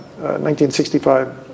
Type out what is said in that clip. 1965